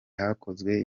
hakozwe